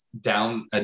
down